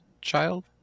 child